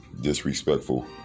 disrespectful